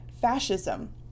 fascism